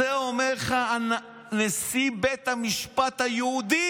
את זה אומר לך נשיא בית המשפט היהודי,